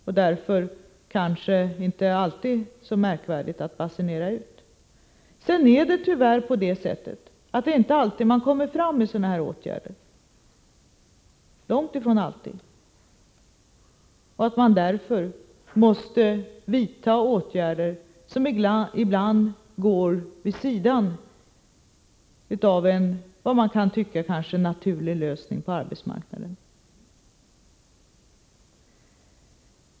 Det är alltså inte så märkvärdigt för oss, att vi tycker att vi ständigt skall basunera ut detta arbetssätt. Tyvärr hittar vi inte alltid sådana här åtgärder — långt ifrån alltid. Därför måste vi vidta åtgärder som ibland går vid sidan om vad man på arbetsmarknaden kan tycka vara en naturlig lösning.